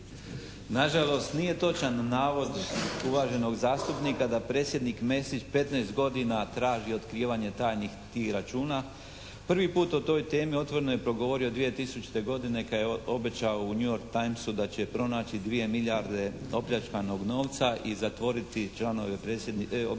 Na žalost nije točan navod uvaženog zastupnika da predsjednik Mesić 15 godina traži otkrivanje tajnih tih računa. Prvi put o toj temi otvoreno je progovorio 2000. godine kad je obećao u "New York Timesu" da će pronaći 2 milijarde opljačkanog novca i zatvoriti članove obitelji